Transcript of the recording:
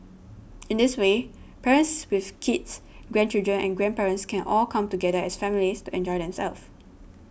in this way parents with kids grandchildren and grandparents can all come together as families to enjoy themselves